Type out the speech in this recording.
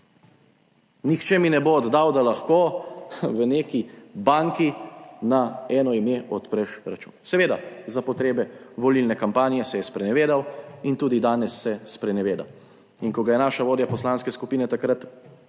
Nihče mi ne bo dejal, da lahko v neki banki na eno ime odpreš račun. Seveda, za potrebe volilne kampanje se je sprenevedal in tudi danes se spreneveda. In ko ga je naša vodja poslanske skupine takrat